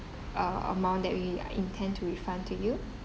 uh amount that we intend to refund to you